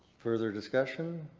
further discussion?